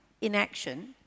inaction